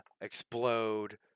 explode